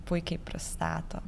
puikiai pristato